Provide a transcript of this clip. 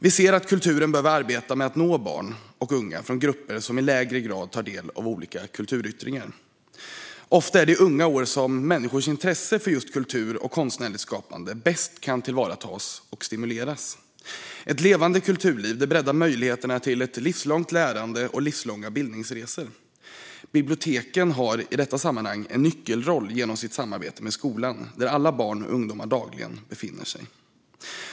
Vi ser att kulturen behöver arbeta med att nå barn och unga från grupper som i lägre grad tar del av olika kulturyttringar. Ofta är det i unga år som människors intresse för kultur och konstnärligt skapande bäst kan tillvaratas och stimuleras. Ett levande kulturliv breddar möjligheterna till livslångt lärande och livslånga bildningsresor. Biblioteken har i detta sammanhang en nyckelroll genom sitt samarbete med skolan, där alla barn och ungdomar dagligen befinner sig.